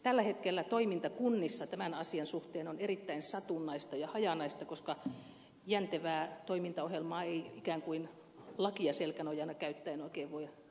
tällä hetkellä toiminta kunnissa tämän asian suhteen on erittäin satunnaista ja hajanaista koska jäntevää toimintaohjelmaa ei ikään kuin lakia selkänojana käyttäen oikein voi rakentaa